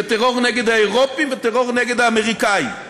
טרור נגד האירופים וטרור נגד האמריקנים.